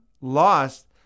lost